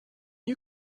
you